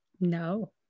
no